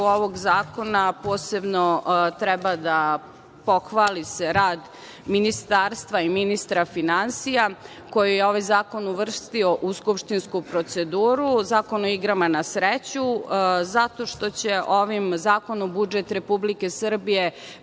ovog zakona posebno treba da se pohvali rad Ministarstva i ministra finansija, koji je ovaj zakon uvrstio u skupštinsku proceduru, Zakon o igrama na sreću, zato što će ovim zakonom budžet Republike Srbije